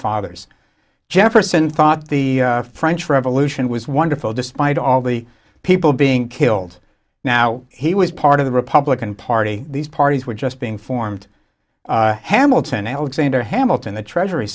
fathers jefferson thought the french revolution was wonderful despite all the people being killed now he was part of the republican party these parties were just being formed hamilton alexander hamilton the treasury